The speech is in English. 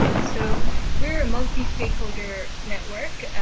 so we are a multi-stakeholder network.